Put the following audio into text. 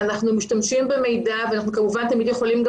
אנחנו משתמשים במידע ואנחנו כמובן תמיד יכולים גם